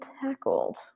tackled